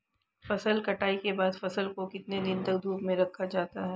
फसल कटाई के बाद फ़सल को कितने दिन तक धूप में रखा जाता है?